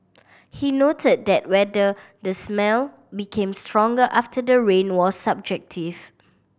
he noted that whether the smell became stronger after the rain was subjective